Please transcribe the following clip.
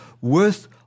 worth